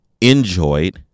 enjoyed